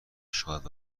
شاد